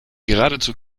geradezu